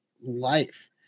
life